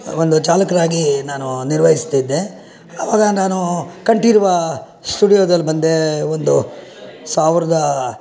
ಒಂದು ಚಾಲಕರಾಗಿ ನಾನು ನಿರ್ವಹಿಸ್ತಿದ್ದೆ ಆವಾಗ ನಾನು ಕಂಠೀರವ ಸ್ಟುಡಿಯೋದಲ್ಲಿ ಬಂದೆ ಒಂದು ಸಾವಿರದ